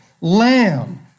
lamb